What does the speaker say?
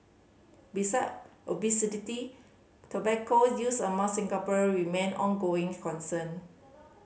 beside tobacco use among Singaporean remain ongoing concern